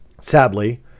Sadly